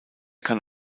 kann